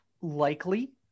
likely